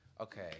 Okay